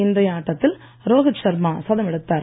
இன்றைய ஆட்டத்தில் ரோஹித் ஷர்மா சதம் எடுத்தார்